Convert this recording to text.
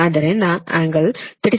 ಆದ್ದರಿಂದ ಕೋನ 36